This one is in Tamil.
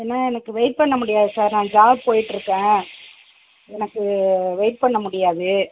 ஏன்னா எனக்கு வெயிட் பண்ண முடியாது சார் நான் ஜாப் போய்ட்ருக்கேன் எனக்கு வெயிட் பண்ண முடியாது